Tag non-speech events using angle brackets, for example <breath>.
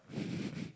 <breath>